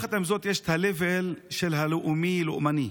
ויחד עם זאת, יש level של הלאומי והלאומני.